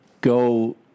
go